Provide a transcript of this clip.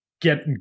Get